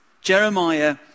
Jeremiah